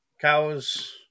cows